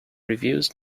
reviews